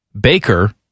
Baker